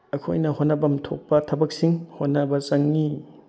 ꯑꯩꯈꯣꯏꯅ ꯍꯣꯠꯅꯐꯝ ꯊꯣꯛꯄ ꯊꯕꯛꯁꯤꯡ ꯍꯣꯠꯅꯕ ꯆꯪꯉꯤ